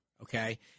okay